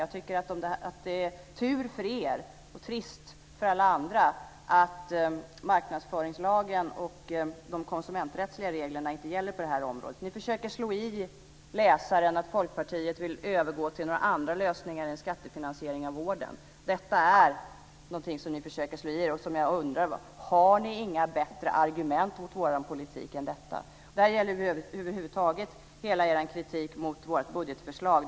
Jag tycker att det är tur för er och trist för alla andra att marknadsföringslagen och de konsumenträttsliga reglerna inte gäller på det här området. Ni försöker slå i läsaren att Folkpartiet vill övergå till några andra lösningar än en skattefinansiering av vården. Detta är någonting som ni försöker slå i läsaren. Har ni inga bättre argument mot vår politik än detta? Det här gäller över huvud taget hela er kritik mot vårt budgetförslag.